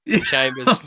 Chambers